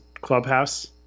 clubhouse